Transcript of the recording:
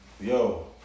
Yo